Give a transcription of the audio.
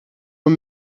och